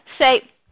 say